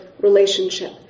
relationship